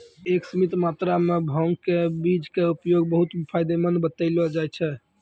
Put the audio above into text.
एक सीमित मात्रा मॅ भांग के बीज के उपयोग बहु्त फायदेमंद बतैलो जाय छै